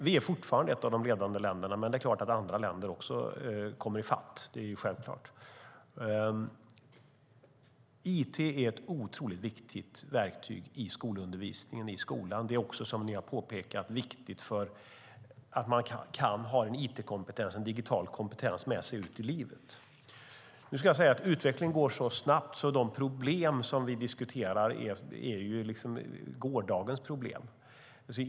Vi är fortfarande ett av de ledande länderna, men det är klart att andra länder kommer i fatt. Det är självklart. It är ett otroligt viktigt verktyg i skolundervisningen. Som ni har påpekat är detta också viktigt för att kunna ha en it-kompetens och digital kompetens med sig ut i livet. Utvecklingen går så snabbt att de problem vi diskuterar är gårdagens problem.